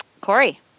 Corey